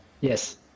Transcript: Yes